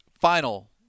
final